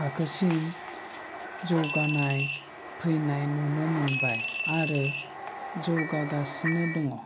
थाखोसिम जौगानाय फैनाय नुनो मोनबाय आरो जौगागासिनो दङ